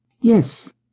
Yes